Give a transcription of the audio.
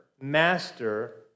master